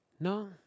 No